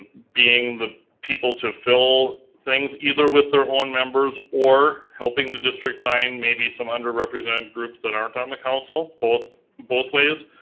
being the people to fill things, either with their own members or helping the district find maybe some underrepresented groups that aren't on the council. both both ways.